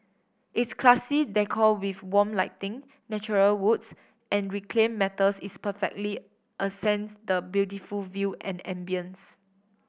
its classy decor with warm lighting natural woods and reclaimed metals is perfectly accents the beautiful view and ambience